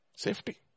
Safety